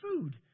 food